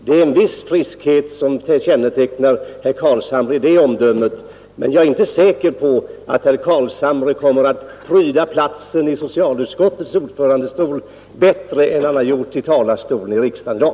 Det är en viss friskhet som kännetecknar herr Carlshamre i det omdömet, men jag är inte säker på att herr Carlshamre kommer att pryda platsen i socialutskottets ordförandestol bättre än han prytt talarstolen i riksdagen idag.